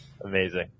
Amazing